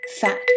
fat